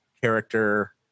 character